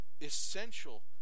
essential